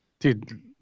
Dude